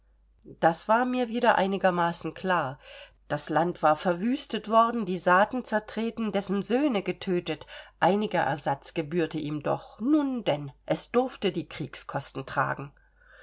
das was mir wieder einigermaßen klar das land war verwüstet worden die saaten zertreten dessen söhne getötet einiger ersatz gebührte ihm doch nun denn es durfte die kriegskosten tragen